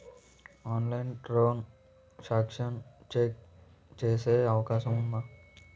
ఆన్లైన్లో transaction check చేసే అవకాశం ఉందా?